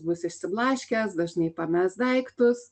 bus išsiblaškęs dažnai pames daiktus